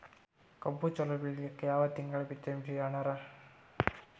ಕಬ್ಬು ಚಲೋ ಬೆಳಿಲಿಕ್ಕಿ ಯಾ ತಿಂಗಳ ಬಿತ್ತಮ್ರೀ ಅಣ್ಣಾರ?